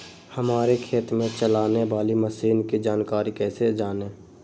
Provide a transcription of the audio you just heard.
हमारे खेत में चलाने वाली मशीन की जानकारी कैसे जाने?